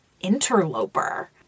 interloper